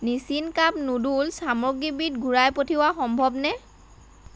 Nissin cup noodles সামগ্ৰীবিধ ঘূৰাই পঠিওঁৱা সম্ভৱনে